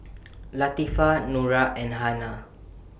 Latifa Nura and Hana